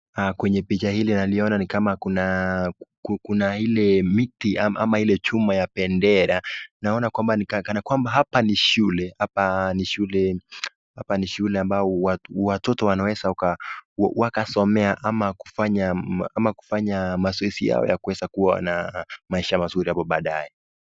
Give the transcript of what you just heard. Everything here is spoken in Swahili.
Kwwnye picha hili naona kwamba kuna ile miti ama kuna ile chuma ya bendera. Naona ni kana kwamba hapa ni shule ambao watoto wanaweza wakasomea ama kufanya mazoezi yao ya kuweza kua na maisha mazuri hapo baadae.